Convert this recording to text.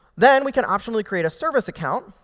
then we can optionally create a service account.